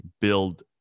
build